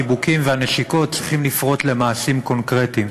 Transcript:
החיבוקים והנשיקות צריכים לפרוט למעשים קונקרטיים.